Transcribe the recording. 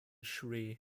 shri